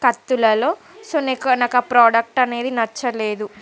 కత్తులలో so నీకు నాకు ఆ ప్రోడక్ట్ అనేది నచ్చలేదు